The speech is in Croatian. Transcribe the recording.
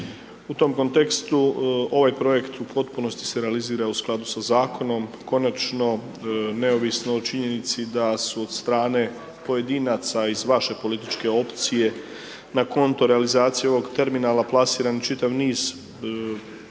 U tom kontekstu ovaj projekt u potpunosti se realizira u skladu da zakonom, konačno neovisno o činjenici da su od strane pojedinaca iz vaše političke opcije na konto realizacije ovog terminala plasiran čitav niz neistina,